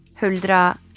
Huldra